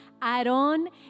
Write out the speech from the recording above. Aarón